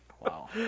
Wow